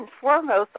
foremost